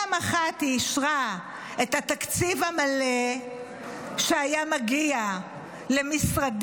פעם אחת היא אישרה את התקציב המלא שהיה מגיע למשרדי,